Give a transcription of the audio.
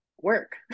work